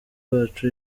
bacu